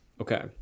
Okay